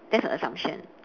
that's a assumption